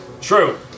True